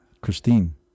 Christine